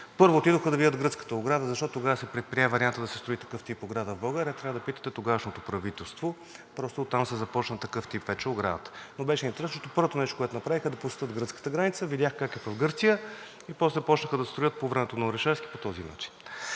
първо отидоха да видят гръцката ограда. Защо тогава се предприе вариантът да се строи такъв тип ограда в България, трябва да питате тогавашното правителство. Просто от там се започна такъв тип вече оградата, но беше интересно, защото първото нещо, което направиха, е да посетят гръцката граница – видяха как е в Гърция и после започнаха да строят по времето на Орешарски по този начин.